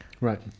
Right